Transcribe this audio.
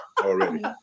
Already